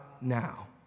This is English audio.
now